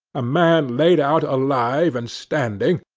a man laid out alive and standing,